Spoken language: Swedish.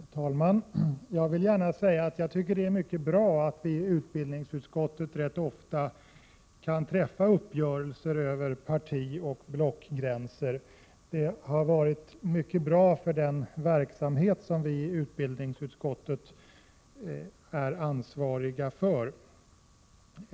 Herr talman! Jag vill gärna säga att jag tycker att det är mycket bra att vi i utbildningsutskottet rätt ofta kan träffa uppgörelser över partioch blockgränser. Det har varit mycket bra för den verksamhet som vi i utbildningsutskottet är ansvariga för.